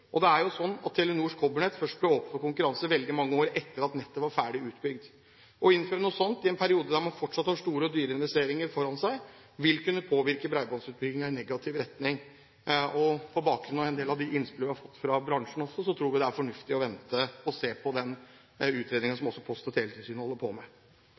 og det er jo sånn at Telenors kobbernett først ble åpnet for konkurranse veldig mange år etter at nettet var ferdig utbygd. Å innføre noe sånt i en periode der man fortsatt har store og dyre investeringer foran seg, vil kunne påvirke bredbåndsbyggingen i negativ retning. På bakgrunn av en del av de innspillene vi har fått fra bransjen også, tror vi det er fornuftig å vente og se på den utredningen som også Post- og teletilsynet holder på med.